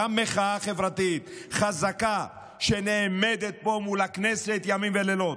גם מחאה חברתית חזקה שנעמדת פה מול הכנסת ימים ולילות.